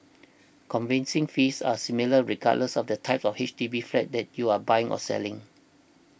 conveyance fees are similar regardless of the type of H D B flat that you are buying or selling